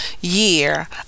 year